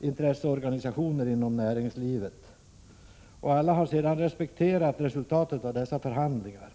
intresseorganisationer inom näringslivet. Alla har sedan respekterat resultatet av dessa förhandlingar.